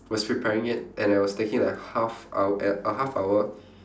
was preparing it and I was taking like half hou~ uh a half hour